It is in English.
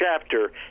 chapter